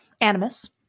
Animus